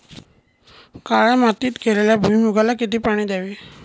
काळ्या मातीत केलेल्या भुईमूगाला किती पाणी द्यावे?